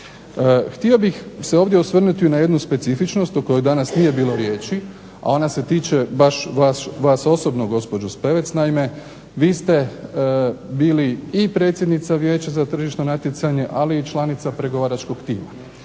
Htio bih se ovdje osvrnuti na jednu specifičnost o kojoj danas nije bilo riječi, a ona se tiče baš vas osobno gospođo Spevec. Naime, vi ste bili i predsjednica Vijeća za tržišno natjecanje, ali i članica pregovaračkog tima